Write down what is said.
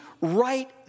right